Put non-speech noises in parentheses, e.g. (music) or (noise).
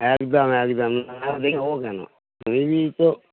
একদম একদম না দেখব কেন (unintelligible) তো